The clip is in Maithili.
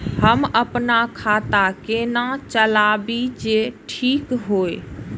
हम अपन खाता केना चलाबी जे ठीक होय?